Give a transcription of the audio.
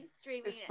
streaming